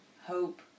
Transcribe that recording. hope